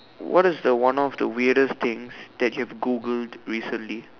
what is the one of the weirdest things that you have Googled recently